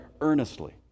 earnestly